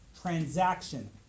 transaction